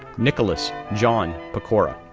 nicholas john pecora,